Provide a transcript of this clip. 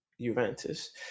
Juventus